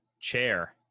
chair